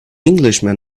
englishman